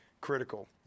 critical